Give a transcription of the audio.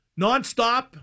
Nonstop